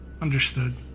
Understood